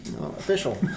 official